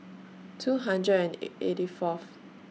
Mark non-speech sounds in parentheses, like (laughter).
two hundred and (hesitation) eighty Fourth